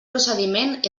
procediment